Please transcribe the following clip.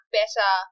better